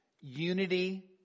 unity